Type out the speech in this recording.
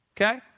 Okay